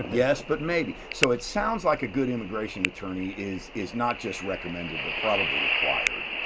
yes, but maybe. so it sounds like a good immigration attorney is is not just recommended, but probably required.